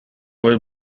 was